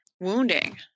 wounding